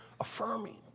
affirming